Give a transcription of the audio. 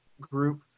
group